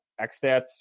XStats